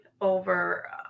over